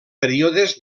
períodes